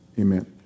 amen